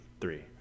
three